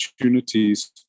opportunities